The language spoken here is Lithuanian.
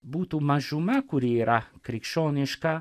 būtų mažuma kuri yra krikščioniška